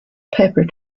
pepper